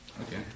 Okay